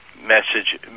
message